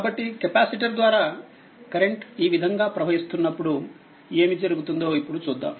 కాబట్టికెపాసిటర్ద్వారాకరెంట్ ఈ విధంగాప్రవహిస్తున్నప్పుడుఏమి జరుగుతుందో ఇప్పుడు చూద్దాం